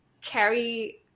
carry